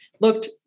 looked